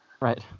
Right